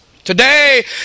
today